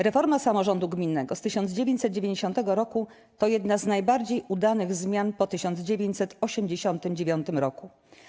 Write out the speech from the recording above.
Reforma samorządu gminnego z 1990 roku to jedna z najbardziej udanych zmian po 1989 roku.